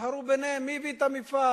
והתחרו ביניהם מי הביא את המפעל,